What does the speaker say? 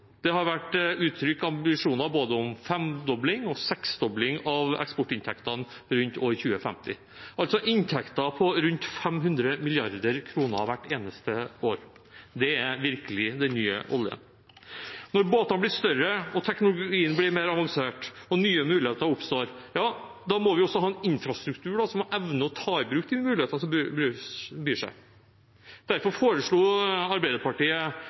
Det har vært uttrykt ambisjoner om både femdobling og seksdobling av eksportinntektene rundt år 2050, altså inntekter på rundt 500 mrd. kr hvert eneste år. Det er virkelig den nye oljen. Når båtene blir større, teknologien mer avansert og nye muligheter oppstår, må vi også ha en infrastruktur som evner å ta i bruk de mulighetene som byr seg. Derfor foreslo Arbeiderpartiet